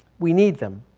we need them.